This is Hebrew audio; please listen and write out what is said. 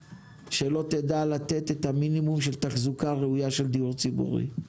תדע לתת מינימום של תחזוקה ראויה של דיור ציבורי.